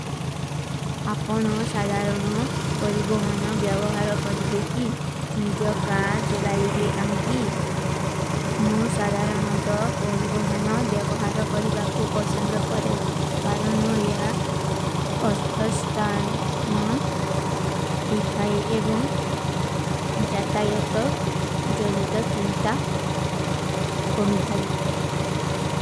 ଆପନୋଂ ସାଧାରନୋଂ ପରିଵୋହନ ବ୍ଯାଵହାର କରିବେ କୀ, ନିଜଗାର ଜୁଲାଈବେ କାଁଗୀ। ମୁ ସାଧାରନୋଂ ତୋ ପରିଵୋହନ ବ୍ଯାଵହାର କରିବା କୋ ପସଂଦ କରେ, କାରଣୋଂ ଯା ଅର୍ଥସ୍ତାଲ ନ ହୁଈ ଥାଈ ଏବଂ ଜାତାଯତ ଜୋନୀତ ଚିଂତା କୁମୀ ଥାଈ।